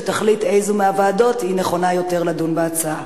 שתחליט איזו מהוועדות נכונה יותר לדון בהצעה.